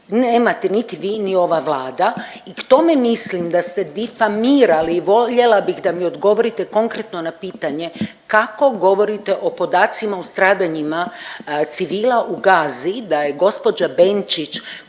nemate niti vi ni ova Vlada. I k tome mislim da ste difamirali, voljela bih da mi odgovorite konkretno na pitanje kako govorite o podacima o stradanjima civila u Gazi da je gospođa Benčić